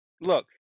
look